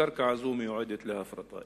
והקרקע הזו מיועדת להפרטה.